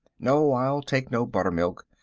no, i'll take no buttermilk,